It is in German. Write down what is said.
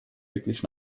wirklich